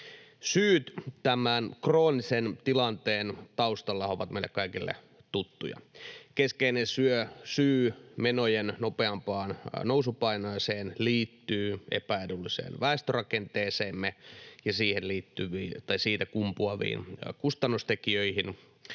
Syyt tämän kroonisen tilanteen taustalla ovat meille kaikille tuttuja. Keskeinen syy menojen nopeampaan nousupaineeseen liittyy epäedulliseen väestörakenteeseemme ja siitä kumpuaviin kustannustekijöihin